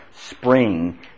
Spring